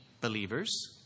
believers